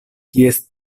kies